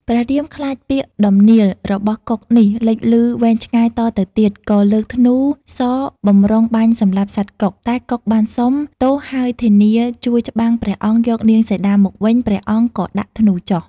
ព្រះរាមខ្លាចពាក្យដំនៀល របស់កុកនេះលេចឮវែងឆ្ងាយតទៅទៀត ក៏លើធ្នូសរបម្រុងបាញ់សម្លាប់សត្វកុក តែកុកបានសុំ ទោសហើយធានាជួយច្បាំងព្រះអង្គយកនាងសីតាមកវិញ ព្រះអង្គក៏ដាក់ធ្នូចុះ។